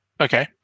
Okay